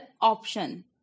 option